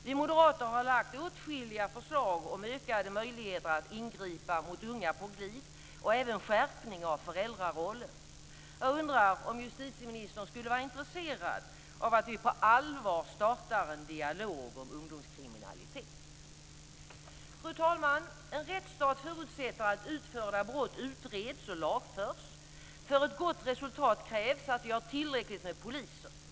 Vi moderater har lagt fram åtskilliga förslag om ökade möjligheter att ingripa mot unga på glid och även om en skärpning av föräldrarollen. Jag undrar om justitieministern skulle vara intresserad av att vi på allvar startar en dialog om ungdomskriminalitet. Fru talman! En rättsstat förutsätter att utförda brott utreds och lagförs. För ett gott resultat krävs att vi har tillräckligt med poliser.